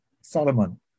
Solomon